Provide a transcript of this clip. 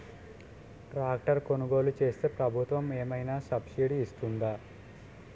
Tractor కొనుగోలు చేస్తే ప్రభుత్వం ఏమైనా సబ్సిడీ ఇస్తుందా?